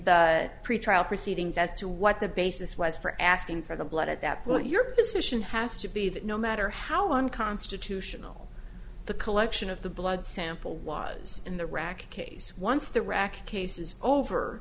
the pretrial proceedings as to what the basis was for asking for the blood at that point your position has to be that no matter how unconstitutional the collection of the blood sample was in the rack case once the rack case is over